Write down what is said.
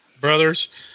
brothers